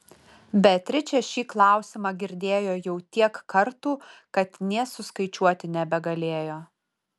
beatričė šį klausimą girdėjo jau tiek kartų kad nė suskaičiuoti nebegalėjo